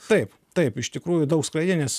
taip taip iš tikrųjų daug skraidė nes